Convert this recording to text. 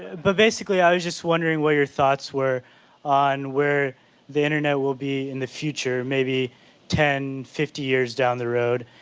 but basically, i was just wondering what your thoughts were on where the internet will be in the future maybe ten, fifty years down the road,